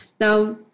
Now